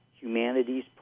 humanity's